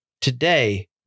Today